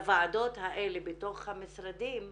לוועדות האלה בתוך המשרדים,